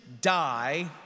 die